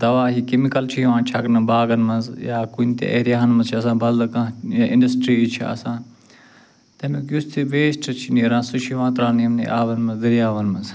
دوا یہِ کیٚمِکل چھِ یِوان چھَکنہٕ باغَن منٛز یا کُنہِ تہِ ایریاہن منٛز چھِ آسان بَدلہٕ کانٛہہ یا انٛڈسٹرٛیٖز چھِ آسان تَمیُک یُس تہِ ویسٹ چھِ نیران سُہ چھُ یِوان ترٛاونہِ یِمنٕے آبَن منٛز دٔریاوَن منٛز